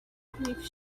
grief